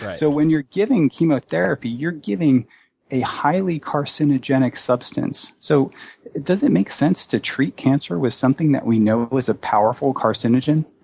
so when you're giving chemotherapy, you're giving a highly carcinogenic substance. so does it make sense to treat cancer with something that we know is a powerful carcinogen?